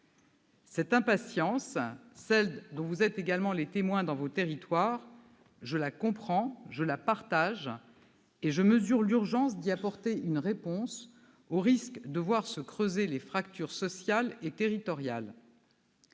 Cette impatience, celle dont vous êtes également les témoins dans vos territoires, je la comprends, je la partage et je mesure l'urgence de lui apporter une réponse, au risque de voir se creuser les fractures sociales et territoriales.